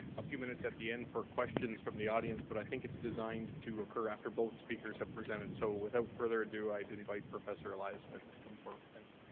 a few minutes at the end for questions from the audience, but i think it's designed to occur after both speakers have presented. so without further ado, i'd invite professor eliasmith to come forward. thank you.